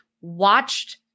watched